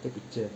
take picture